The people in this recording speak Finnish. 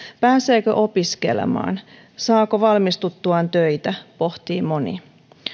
pääseekö opiskelemaan saako valmistuttuaan töitä pohtii moni